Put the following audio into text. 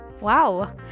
Wow